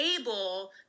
able